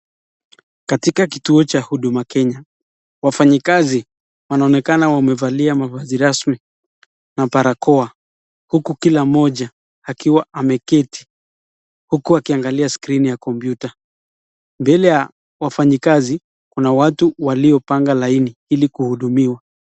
Katika kituo cha huduma Kenya, wafanyakazi wanaonekana wamevalia rasmi na barakoa huku kila mmoja akiwa ameketi huku akiangalia skrini ya kompyuta. Mbele ya wafanyakazi kuna watu waliopanga laini ili kuhudumiwa.